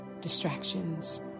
distractions